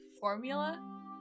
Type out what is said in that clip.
formula